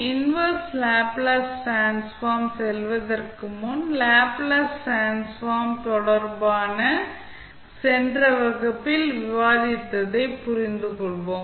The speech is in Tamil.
இன்வெர்ஸ் லேப்ளேஸ் டிரான்ஸ்ஃபார்ம் செல்வதற்கு முன் லேப்ளேஸ் டிரான்ஸ்ஃபார்ம் ப்ராப்பர்ட்டீஸ் தொடர்பான சென்ற வகுப்பில் விவாதித்ததைப் புரிந்துகொள்வோம்